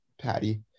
Patty